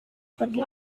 pergi